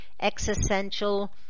existential